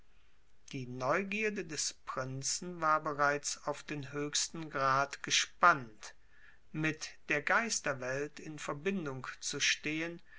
die neugierde des prinzen war bereits auf den höchsten grad gespannt mit der geisterwelt in verbindung zu stehen